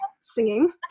singing